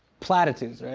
platitudes, right?